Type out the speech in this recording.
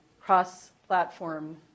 cross-platform